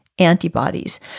Antibodies